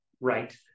right